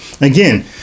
Again